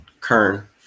Kern